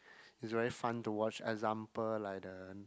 is very fun to watch example like the